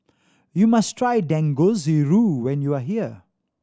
you must try Dangojiru when you are here